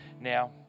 now